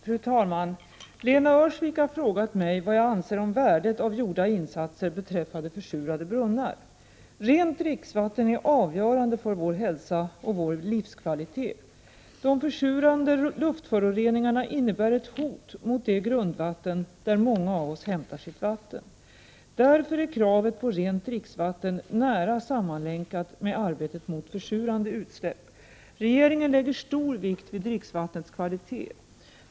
Fru talman! Lena Öhrsvik har frågat mig vad jag anser om värdet av gjorda insatser beträffande försurade brunnar. Rent dricksvatten är avgörande för vår hälsa och vår livskvalitet. De försurande luftföroreningarna innebär ett hot mot det grundvatten där många av oss hämtar sitt vatten. Därför är kravet på rent dricksvatten nära sammanlänkat med arbetet mot försurande utsläpp. Regeringen lägger stor Prot. 1988/89:12 vikt vid dricksvattnets kvalitet.